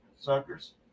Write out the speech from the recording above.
suckers